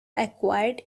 acquired